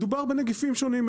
מדובר בנגיפים שונים,